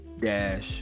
Dash